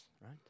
right